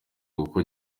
kuko